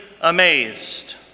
amazed